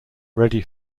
ready